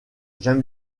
j’aime